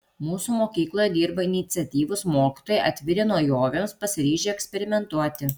mūsų mokykloje dirba iniciatyvūs mokytojai atviri naujovėms pasiryžę eksperimentuoti